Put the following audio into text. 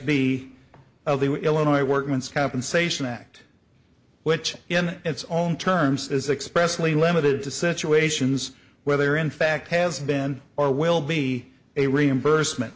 b of the illinois workman's compensation act which in its own terms is express only limited to situations where they are in fact has been or will be a reimbursement